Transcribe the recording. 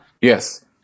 Yes